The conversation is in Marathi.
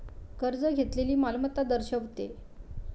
कर्ज घेतलेली मालमत्ता दर्शवते